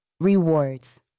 Rewards